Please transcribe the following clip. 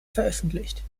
veröffentlicht